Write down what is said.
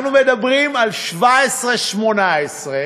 אנחנו מדברים על 2017 2018,